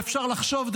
ואפשר לחשוב,